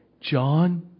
John